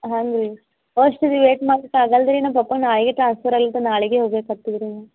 ಹಾಂ ರೀ ಅಷ್ಟು ದಿನ ವೇಯ್ಟ್ ಮಾಡಕ್ಕೆ ಆಗಲ್ರಿ ನಮ್ಮ ಪಪ್ಪಂಗೆ ನಾಳೆಗೆ ಟ್ರಾನ್ಸ್ಫರ್ ಆಗ್ಲತ ನಾಳೆಗೆ ಹೋಗ್ಬೇಕಾಗ್ತದ ರೀ